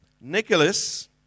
Nicholas